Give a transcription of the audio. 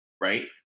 right